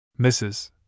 Mrs